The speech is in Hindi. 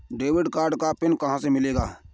डेबिट कार्ड का पिन कहां से मिलेगा?